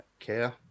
care